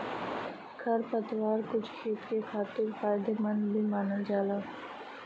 खरपतवार कुछ खेत के खातिर फायदेमंद भी मानल जाला